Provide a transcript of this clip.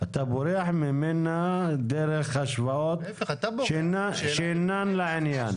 אתה בורח ממנה דרך השוואות שאינן לעניין.